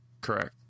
Correct